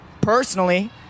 personally